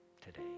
today